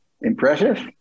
impressive